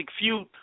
feud